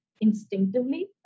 instinctively